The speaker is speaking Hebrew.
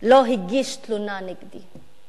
לא הגיש תלונה נגדי.